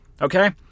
Okay